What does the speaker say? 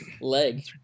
leg